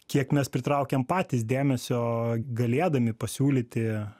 kiek mes pritraukiam patys dėmesio galėdami pasiūlyti